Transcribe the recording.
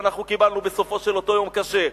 אנחנו קיבלנו בסופו של אותו יום קשה.